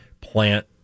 plant